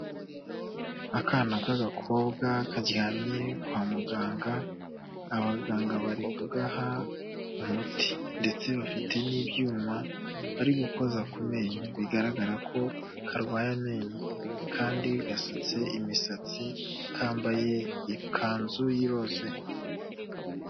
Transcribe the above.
Akana k'agakobwa karyamye kwa muganga, abaganga bari kugaha umuti ndetse bafite n'ibyuma bari gukoza ku menyo bigaragarako karwaye amenyo kandi gasutse imisatsi, kambaye ikanzu y'iroze.